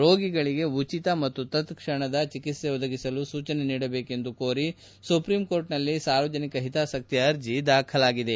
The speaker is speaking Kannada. ರೋಗಿಗಳಿಗೆ ಉಚಿತ ಮತ್ತು ತತ್ಕ್ಷಣದ ಚಿಕಿತ್ತೆ ಒದಗಿಸಲು ಸೂಚನೆ ನೀಡಬೇಕೆಂದು ಕೋರಿ ಸುಪ್ರೀಂಕೋರ್ಟ್ನಲ್ಲಿ ಸಾರ್ವಜನಿಕ ಹಿತಾಸಕ್ತ ಅರ್ಜಿ ದಾಖಲಾಗಿದೆ